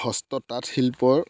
হস্ত তাঁত শিল্পৰ